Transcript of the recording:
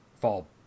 fall